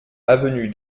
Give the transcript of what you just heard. avenue